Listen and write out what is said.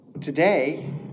Today